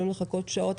יכולים לחכות שעות,